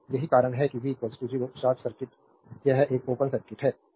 तो यही कारण है कि v 0 शॉर्ट सर्किट यह एक ओपन सर्किट है